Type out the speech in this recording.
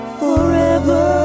forever